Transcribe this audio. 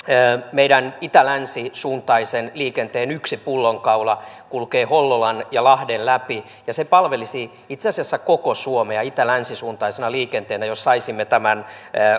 meidän itä länsi suuntaisen liikenteen yksi pullonkaula kulkee hollolan ja lahden läpi ja se palvelisi itse asiassa koko suomea itä länsi suuntaisena liikenteenä jos saisimme tämän